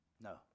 No